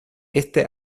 este